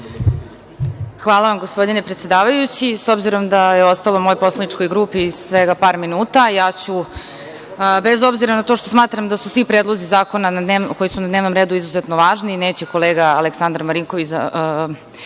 Hvala vam, gospodine predsedavajući.S obzirom da je ostalo mojoj poslaničkog grupi svega par minuta, ja ću se, bez obzira na to što smatram da su svi predlozi zakona koji su na dnevnom redu izuzetno važni i neće kolega Aleksandar Martinović